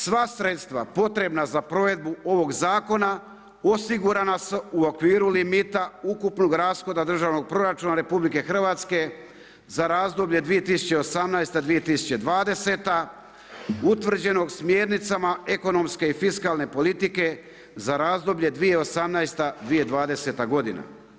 Sva sredstva potrebna za provedbu ovog zakona osigurana su u okviru limita ukupnog rashoda državnog proračuna RH za razdoblje 2018.-2020., utvrđenog smjernicama ekonomske i fiskalne politike za razdoblje 2018.-2020. godina.